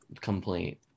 complaint